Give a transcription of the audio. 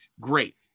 great